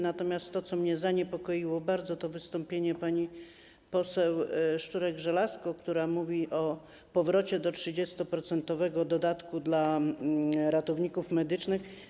Natomiast to, co mnie bardzo zaniepokoiło, to wystąpienie pani poseł Szczurek-Żelazko, która mówi o powrocie do 30% dodatku dla ratowników medycznych.